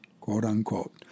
Quote-unquote